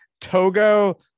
Togo